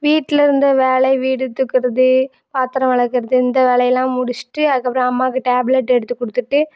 வீட்டில் இருந்த வேலை வீடு தூக்கிறது பாத்திரம் விளக்குறது இந்த வேலை எல்லாம் முடிச்சுட்டு அதுக்கு அப்புறம் அம்மாக்கு டேப்லெட் எடுத்து கொடுத்துட்டு